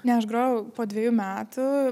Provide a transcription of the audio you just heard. ne aš grojau po dvejų metų